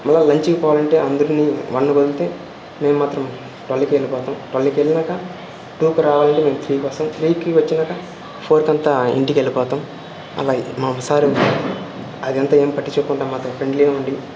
మళ్ళీ లంచ్కి పోవాలంటే అందరిని వన్కి వదిలితే మేం మాత్రం ట్వల్కే వెళ్ళిపోతాం ట్వెల్వ్ కెళ్ళినాక టూకి రావాల్నంటే మేం త్రీకి వస్తాం త్రీకి వచ్చినాక ఫోర్ కంతా ఇంటికెళ్ళిపోతాం అలా మా సారూ అదంతా ఏం పట్టిచ్చుకోకుండా మాతో ఫ్రెండ్లీగా ఉండి